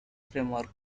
framework